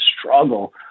struggle